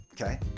Okay